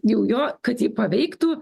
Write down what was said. jau jo kad jį paveiktų